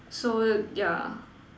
so yeah